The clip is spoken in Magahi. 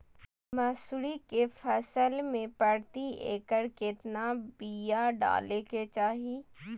मसूरी के फसल में प्रति एकड़ केतना बिया डाले के चाही?